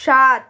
সাত